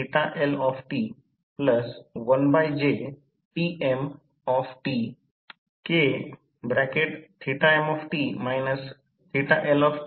उच्च voltage winding मध्ये पूर्ण लोड प्रवाह हे 3 KVA ट्रान्सफॉर्मर म्हणून I 1 3 1000 मिमी 230 13